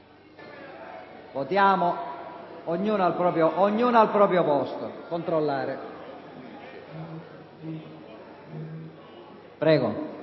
votare ognuno dal proprio posto